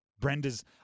Brenda's